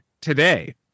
today